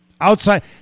outside